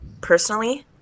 personally